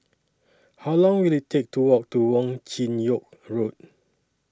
How Long Will IT Take to Walk to Wong Chin Yoke Road